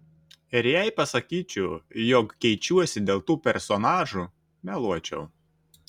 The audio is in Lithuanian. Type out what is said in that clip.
ir jei pasakyčiau jog keičiuosi dėl tų personažų meluočiau